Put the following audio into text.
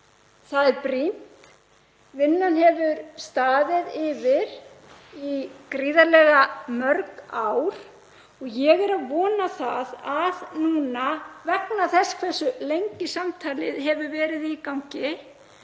það er brýnt. Vinnan hefur staðið yfir í gríðarlega mörg ár. Ég vona að núna, vegna þess hversu lengi samtalið hefur staðið, verði